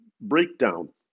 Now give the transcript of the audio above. breakdown